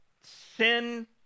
sin